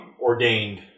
ordained